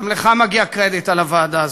גם לך מגיע קרדיט על הוועדה הזו,